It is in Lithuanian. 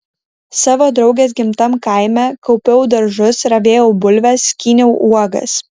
savo draugės gimtam kaime kaupiau daržus ravėjau bulves skyniau uogas